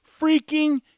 freaking